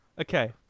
okay